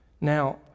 Now